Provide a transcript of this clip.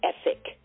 ethic